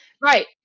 right